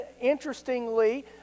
interestingly